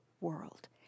world